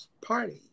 party